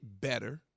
better